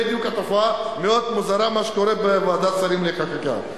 אבל זאת בדיוק התופעה המאוד מוזרה מה שקורה בוועדת שרים לחקיקה.